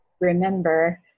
remember